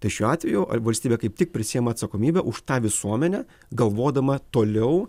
tai šiuo atveju ar valstybė kaip tik prisiima atsakomybę už tą visuomenę galvodama toliau